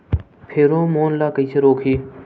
Pheromone ला कइसे रोकही?